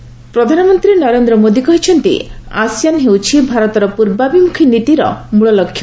ASEAN ପ୍ରଧାନମନ୍ତ୍ରୀ ନରେନ୍ଦ୍ର ମୋଦୀ କହିଛନ୍ତି ASEAN ହେଉଛି ଭାରତର ପୂର୍ବାଭିମୁଖୀ ନୀତିର ମୂଳ ଲକ୍ଷ୍ୟ